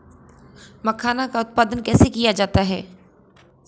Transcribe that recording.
मखाना का उत्पादन कैसे किया जाता है?